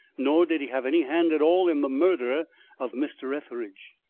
nor did he have any hand at all in the murder of mr. etheridge.